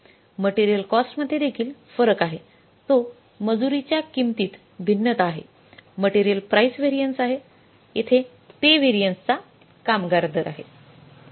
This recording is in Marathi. मटेरियल कॉस्टमध्ये देखील फरक आहे तो मजुरीच्या किंमतीत भिन्नता आहे मटेरियल प्राइस व्हेरिएन्स आहे येथे पे व्हेरिएशनचा कामगार दर आहे